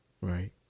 Right